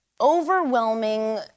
overwhelming